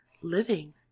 living